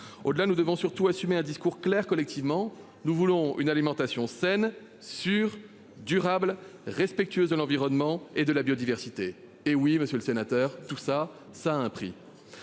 au-delà, nous devons surtout assumer un discours clair, collectivement, nous voulons une alimentation saine, sûre, durable, respectueuse de l'environnement et de la biodiversité. Hé oui, monsieur le sénateur tout ça ça a un prix.